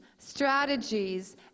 strategies